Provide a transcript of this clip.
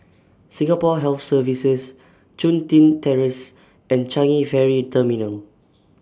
Singapore Health Services Chun Tin Terrace and Changi Ferry Terminal